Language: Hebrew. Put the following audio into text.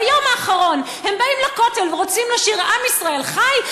ביום האחרון הם באים לכותל ורוצים לשיר "עם ישראל חי",